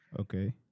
okay